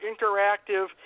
interactive